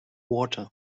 water